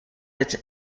its